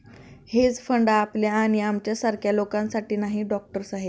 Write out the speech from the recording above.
hedge fund आपल्या आणि आमच्यासारख्या लोकांसाठी नाही, डॉक्टर साहेब